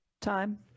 time